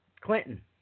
Clinton